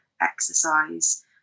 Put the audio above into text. exercise